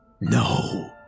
No